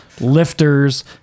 lifters